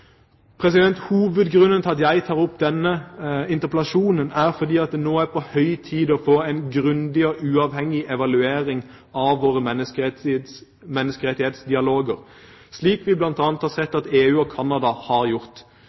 Hovedgrunnen til at jeg tar opp denne interpellasjonen, er at det nå er på høy tid å få en grundig og uavhengig evaluering av våre menneskerettighetsdialoger, slik vi bl.a. har sett at EU og Canada har gjort.